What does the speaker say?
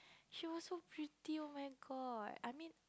she was so pretty oh-my-god I mean